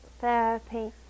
therapy